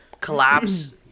collapse